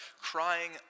crying